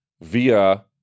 via